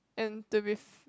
and to be f~